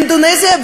אינדונזיה,